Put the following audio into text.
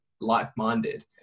like-minded